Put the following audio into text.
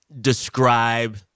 describe